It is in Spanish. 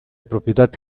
propiedad